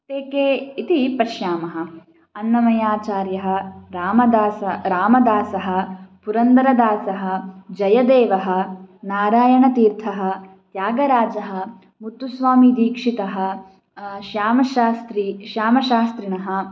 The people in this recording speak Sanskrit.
ते के इति पश्यामः अन्नमयाचार्यः रामदासः रामदासः पुरन्दरदासः जयदेवः नारायणतीर्थः त्यागराजः मुत्तुस्वामिदीक्षितः श्यामशास्त्री श्यामशास्त्रिणः